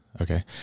okay